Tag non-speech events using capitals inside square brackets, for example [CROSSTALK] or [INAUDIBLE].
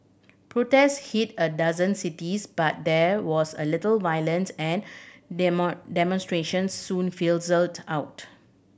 protests hit a dozen cities but there was a little violence and the [UNINTELLIGIBLE] demonstrations soon fizzled out